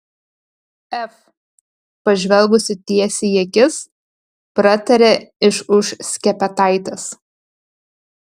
ef pažvelgusi tiesiai į akis pratarė iš už skepetaitės